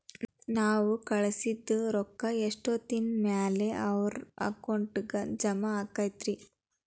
ನಾವು ಕಳಿಸಿದ್ ರೊಕ್ಕ ಎಷ್ಟೋತ್ತಿನ ಮ್ಯಾಲೆ ಅವರ ಅಕೌಂಟಗ್ ಜಮಾ ಆಕ್ಕೈತ್ರಿ?